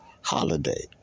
holiday